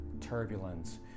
turbulence